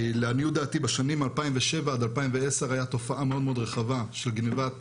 לעניות דעתי בשנים 2007 עד 2010 היתה תופעה מאוד מאוד רחבה של גניבת